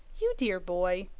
you dear boy!